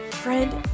friend